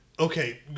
Okay